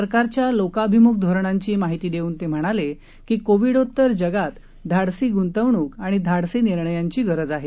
सरकारच्या लोकाभिमुख धोरणांची माहिती देऊन ते म्हणाले की कोविडोत्तर जगात धाडसी गुंतवणूक आणि धाडसी निर्णयांची गरज आहे